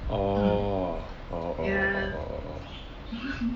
orh orh orh orh orh orh